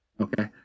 Okay